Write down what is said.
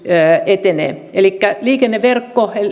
etenee liikenneverkko